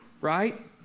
right